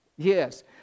Yes